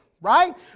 Right